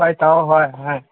ꯍꯣꯏ ꯇꯧꯋꯣ ꯍꯣꯏ ꯍꯣꯏ